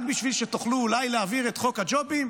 רק בשביל שתוכלו אולי להעביר את חוק הג'ובים?